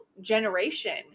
generation